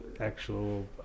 actual